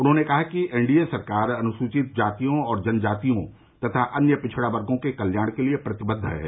उन्होंने कहा कि एनडीए सरकार अनुसूचित जातियों और जनजातियों तथा अन्य पिछड़ा वर्गो के कल्याण के लिए प्रतिबद्व है